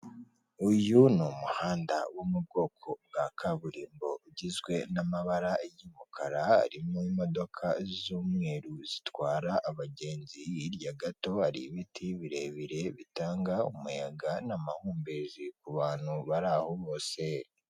Uyu ni umuhanda wo mu bwoko bwa kaburimbo ugizwe n'amabara y'umukara harimo imodoka z'umweru zitwara abagenzi hirya gato hari ibiti birebire bitanga umuyaga n'amahumbezi ku bantu bari aho bose.